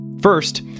First